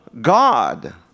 God